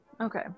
Okay